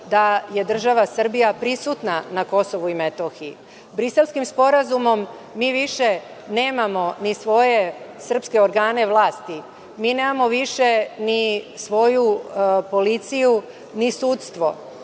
da je država Srbija prisutna na KiM? Briselskim sporazumom mi više nemamo svoje srpske organe vlasti. Nemamo više ni svoju policiju, ni sudstvo